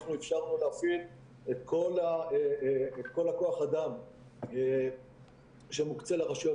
אנחנו אפשרנו להפעיל את כל כוח האדם שמוקצה לרשויות